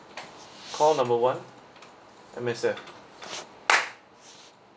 call number one M_S_F